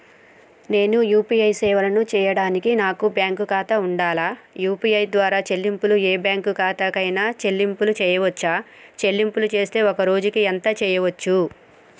నేను యూ.పీ.ఐ సేవలను చేయడానికి నాకు బ్యాంక్ ఖాతా ఉండాలా? యూ.పీ.ఐ ద్వారా చెల్లింపులు ఏ బ్యాంక్ ఖాతా కైనా చెల్లింపులు చేయవచ్చా? చెల్లింపులు చేస్తే ఒక్క రోజుకు ఎంత చేయవచ్చు?